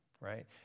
right